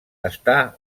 està